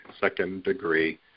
second-degree